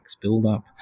buildup